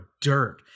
dirt